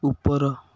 ଉପର